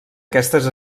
aquestes